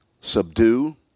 Subdue